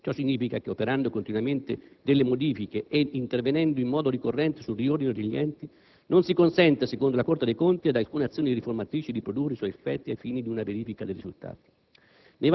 Ciò significa che operando continuamente delle modifiche ed intervenendo in modo ricorrente sul riordino degli enti non si consente - secondo la Corte dei conti - ad alcuna azione riformatrice di produrre i suoi effetti ai fini di una verifica dei risultati.